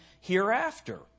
hereafter